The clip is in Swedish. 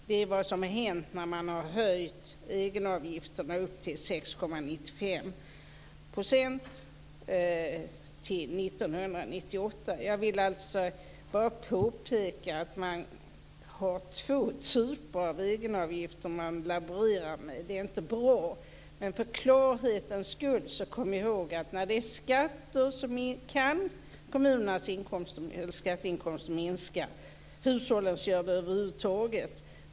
Det är vad som händer när man höjer egenavgifterna upp till 6,95 % fram 1998. Jag vill bara påpeka att man laborerar med två typer av egenavgifter. Det är inte bra. Kom för klarhetens skull ihåg att kommunernas skatteinkomster kan minska när det är fråga om skatter. Hushållens inkomster gör det i vilket fall som helst.